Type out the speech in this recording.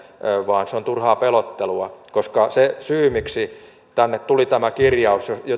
vaan se on turhaa pelottelua koska se syy miksi tänne tuli tämä kirjaus